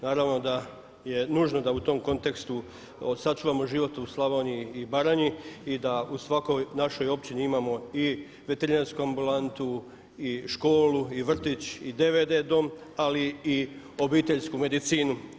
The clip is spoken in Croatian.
Naravno da je nužno da u tom kontekstu sačuvamo život u Slavoniji i Baranji i da u svakoj našoj općini imamo i veterinarsku ambulantu i školu i vrtić i DVD dom, ali i obiteljsku medicinu.